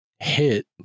hit